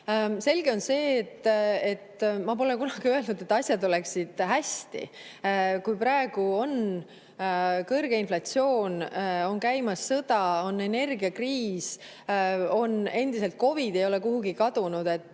Selge on see, et ma pole kunagi öelnud, et asjad oleksid hästi. Praegu on kõrge inflatsioon, on käimas sõda, on energiakriis, COVID pole endiselt kuhugi kadunud.